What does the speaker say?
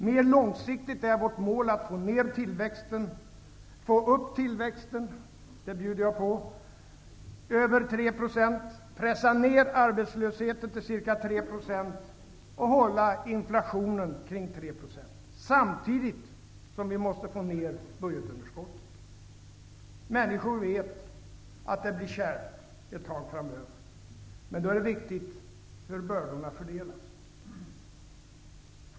Mer långsiktigt är vårt mål att få upp tillväxten till över 3 %, pressa ned arbetslösheten till ca 3 % och hålla inflationen kring 3 %, samtidigt som vi måste få ned budgetunderskottet. Människor vet att det blir kärvt ett tag framöver. Då är det viktigt hur bördorna fördelas.